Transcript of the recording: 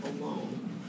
alone